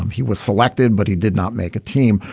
um he was selected but he did not make a team.